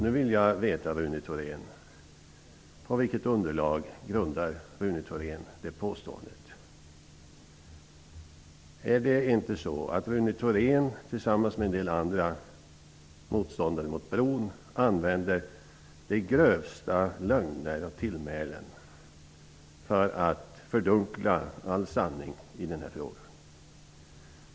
Nu vill jag veta på vilket underlag Rune Thorén grundar det påståendet. Är det inte så att Rune Thorén och en del andra motståndare till bron använder de grövsta lögner och tillmälen för att fördunkla all sanning i denna fråga?